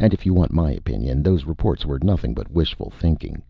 and if you want my opinion, those reports were nothing but wishful thinking.